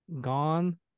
gone